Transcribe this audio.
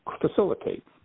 facilitate